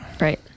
Right